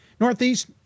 Northeast